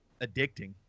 addicting